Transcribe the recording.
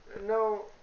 No